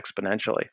exponentially